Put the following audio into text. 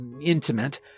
intimate